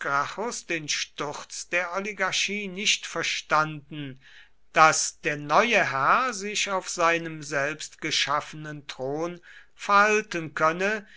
den sturz der oligarchie nicht verstanden daß der neue herr sich auf seinem selbstgeschaffenen thron verhalten könne